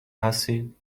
هستید